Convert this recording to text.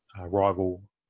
rival